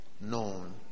known